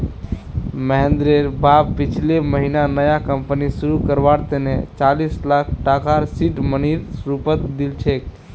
महेंद्रेर बाप पिछले महीना नया कंपनी शुरू करवार तने चालीस लाख टकार सीड मनीर रूपत दिल छेक